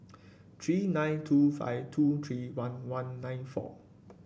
three nine two five two three one one nine four